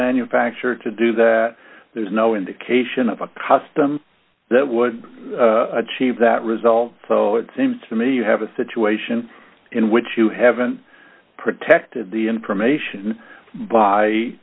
manufacturer to do that there's no indication of a custom that would achieve that result though it seems to me you have a situation in which you haven't protected the information